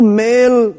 male